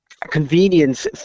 convenience